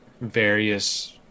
various